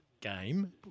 game